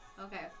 Okay